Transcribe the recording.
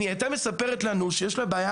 אם היא הייתה מספרת לנו שיש לה בעיה